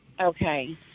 Okay